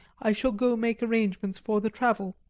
i shall go make arrangements for the travel.